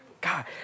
God